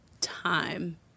time